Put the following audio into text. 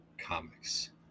comics